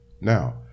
Now